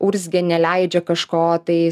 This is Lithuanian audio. urzgia neleidžia kažko tai